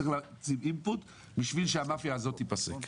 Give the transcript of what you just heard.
צריך להיות אינפוט בשביל שהמאפיה הזאת תיפסק.